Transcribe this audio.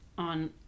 On